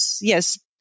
yes